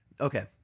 Okay